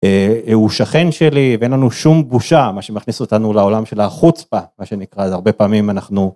הוא שכן שלי ואין לנו שום בושה מה שמכניס אותנו לעולם של החוצפה מה שנקרא זה הרבה פעמים אנחנו.